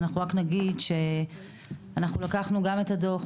אנחנו רק נגיד שאנחנו לקחנו את הדו"ח,